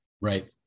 Right